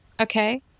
Okay